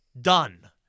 Done